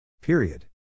Period